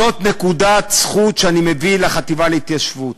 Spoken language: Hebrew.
זאת נקודת זכות שאני מביא לחטיבה להתיישבות.